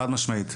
חד משמעית.